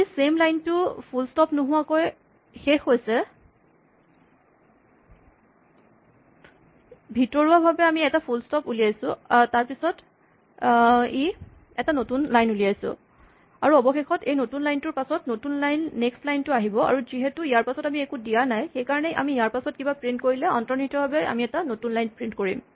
যদিও same line টো full stop নোহোৱাকৈ শেষ হৈছে ভিতৰুৱা ভাৱে আমি এটা ফুল স্টপ উলিয়াইছো তাৰপাছত এটা নতুন লাইন উলিয়াইছো আৰু অৱশেষত এই নতুন লাইন টোৰ পাছত নতুন লাইন ত নেক্সট লাইন টো আহিব আৰু যিহেতু ইয়াৰ পাছত আমি একো দিয়া নাই সেইকাৰণে আমি ইয়াৰ পাছত কিবা প্ৰিন্ট কৰিলে অন্তনিহিতভাৱে আমি এটা নতুন লাইন প্ৰিন্ট কৰিম